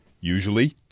Usually